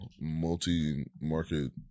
multi-market